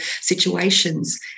situations